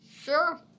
Sure